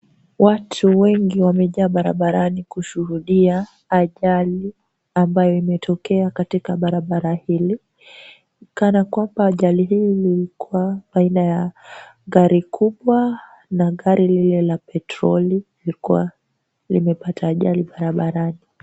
Watu wengi wamejaa barabarani kushuhudia ajali ambayo imetokea katika barabara hili, ni kana kwamba ajali hii ilikuwa baina ya gari kubwa na gari lile la petroli, lilikuwa limepata ajali barabarani.